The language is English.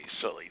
silly